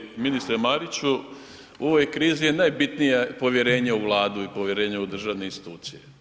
Poštovani ministre Mariću, u ovoj krizi je najbitnije povjerenje u Vladu i povjerenje u državne institucije.